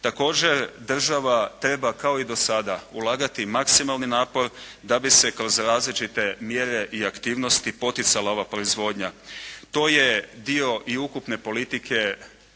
Također država treba kao i do sada ulagati maksimalni napor da bi se kroz različite mjere i aktivnosti poticala ova proizvodnja. To je dio i ukupne politike